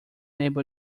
able